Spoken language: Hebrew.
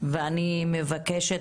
אני מבקשת,